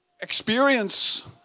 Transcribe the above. experience